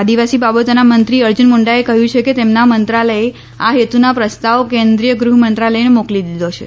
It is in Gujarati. આદિવાસી બાબતોના મંત્રી અર્જુન મુંડાએ કહ્યું છે કેતેમના મંત્રાલયે આ હેતુનો પ્રસ્તાવ કેન્દ્રીય ગૃહમંત્રાલયને મોકલી દીધો છે